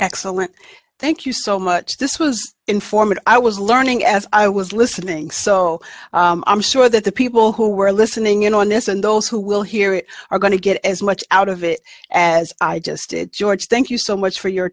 excellent thank you so much this was informed i was learning as i was listening so i'm sure that the people who were listening in on this and those who will hear it are going to get as much out of it as i just did george thank you so much for your